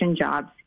jobs